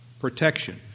protection